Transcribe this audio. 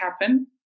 happen